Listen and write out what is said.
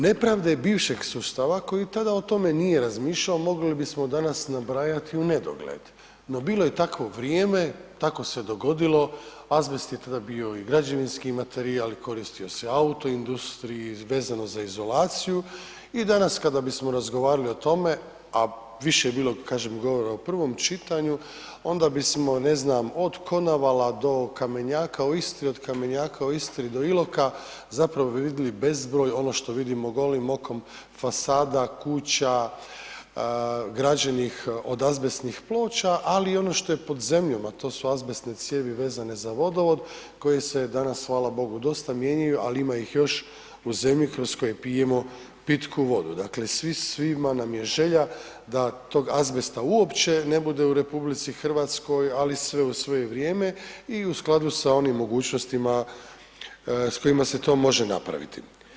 Nepravde bivšeg sustava koji tada o tome nije razmišljao mogli bismo danas nabrajati u nedogled, no bilo je takvo vrijeme, tako se dogodilo, azbest je tada bio i građevinski materijal i koristio se u auto industriji i vezano za izolaciju i danas kada bismo razgovarali o tome, a više je bilo, kažem, govora u prvom čitanju, onda bismo, ne znam, od Konavala do Kamenjaka u Istri, od Kamenjaka u Istri do Iloka zapravo bi vidili bezbroj ono što vidimo golim okom fasada, kuća građenih od azbestnih ploča, ali i ono što je pod zemljom, a to su azbestne cijevi vezane za vodovod koje se danas, hvala Bogu, dosta mijenjaju, ali ima ih još u zemlji kroz koju pijemo pitku vodu, dakle svima nam je želja da tog azbesta uopće ne bude u RH, ali sve u svoje vrijeme i u skladu sa onim mogućnostima s kojima se to može napraviti.